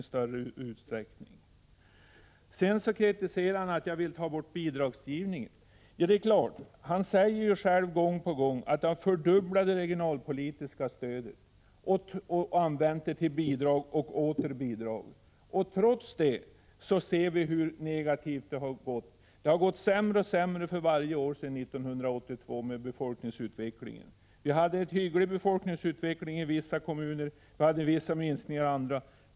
Industriministern kritiserade också mig för att jag ville ta bort bidragsgivningen. Ja det är klart! Industriministern säger ju själv gång på gång att regeringen har fördubblat det regionalpolitiska stödet och använt det till bidrag och åter bidrag. Trots detta ser vi hur negativ utvecklingen har varit. Befolkningsutvecklingen har blivit sämre och sämre för varje år sedan 1982. Vi hade en hygglig befolkningsutveckling i en del kommuner och vissa minskningar i andra.